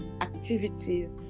activities